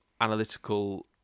analytical